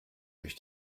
durch